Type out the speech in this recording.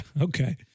okay